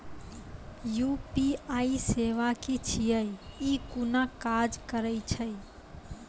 UPI सेवा की छियै? ई कूना काज करै छै?